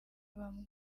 bamwe